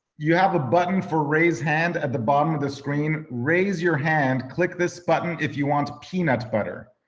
you have a button for raise hand at the bottom of the screen. raise your hand click this button if you want to peanut butter.